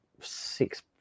six